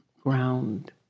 ground